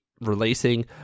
releasing